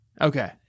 Okay